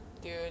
dude